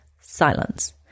silence